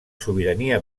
sobirania